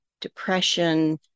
depression